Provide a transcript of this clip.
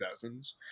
2000s